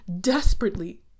Desperately